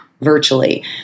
virtually